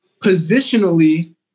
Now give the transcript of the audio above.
positionally